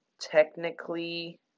technically